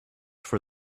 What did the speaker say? for